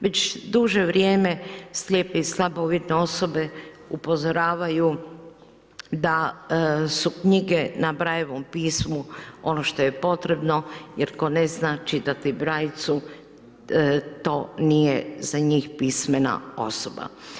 Već duže vrijeme slijepe i slabovidne osobe upozoravaju da su knjige na Brailleovom pismu ono što je potrebno jer tko ne zna čitati „brajcu“, to nije za njih pismena osoba.